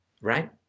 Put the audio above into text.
Right